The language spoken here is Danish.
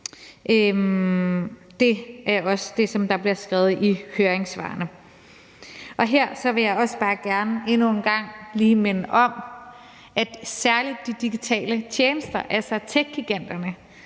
Det er også det, der bliver skrevet i høringssvarene. Her vil jeg også bare gerne endnu en gang lige minde om, at særlig de digitale tjenester, altså techgiganterne,